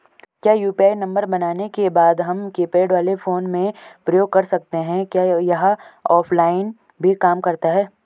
क्या UPI number बनाने के बाद हम कीपैड वाले फोन में प्रयोग कर सकते हैं क्या यह ऑफ़लाइन भी काम करता है?